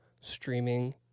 streaming